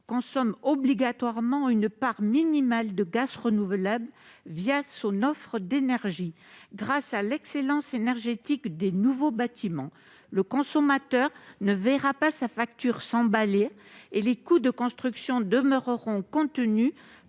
consomme obligatoirement une part minimale de gaz renouvelable son offre d'énergie. Grâce à l'excellence énergétique des nouveaux bâtiments, le consommateur ne verra pas sa facture s'emballer et les coûts de construction demeureront contenus